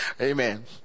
Amen